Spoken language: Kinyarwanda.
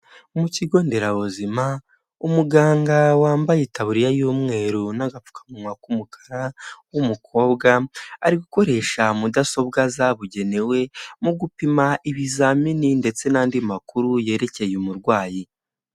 Mu kigo nderabuzima umuganga wambaye taburiya y'umweru n'agapfukamunwa k'umukara w'umukobwa, ari gukoresha mudasobwa zabugenewe mu gupima ibizamini ndetse n'andi makuru yerekeye umurwayi.